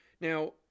Now